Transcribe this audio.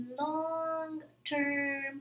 long-term